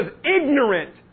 ignorant